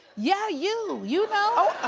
yeah, you, you know.